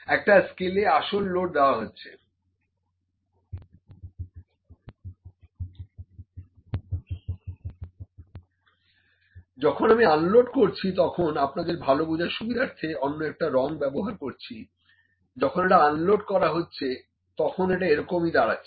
একটা স্কেলে আসল লোড দেওয়া হচ্ছে যখন আমি আনলোড করছি তখন আপনাদের ভাল বোঝার সুবিধার্থে অন্য একটা রং ব্যবহার করছি যখন এটা আন লোড হচ্ছে তখন এটা এরকম দাঁড়াচ্ছে